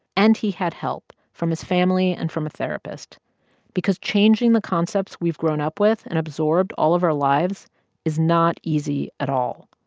and he had help from his family and from a therapist because changing the concepts we've grown up with and absorbed all of our lives is not easy at all.